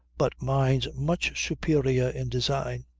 but mine's much superior in design.